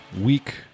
week